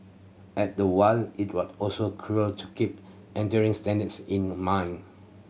at the while it would also to keep entry standards in mind